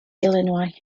illinois